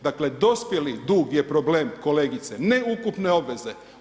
Dakle dospjeli dug je problem kolegice, ne ukupne obveze.